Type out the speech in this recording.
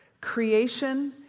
creation